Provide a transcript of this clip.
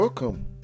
Welcome